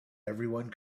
everyone